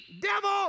devil